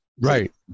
Right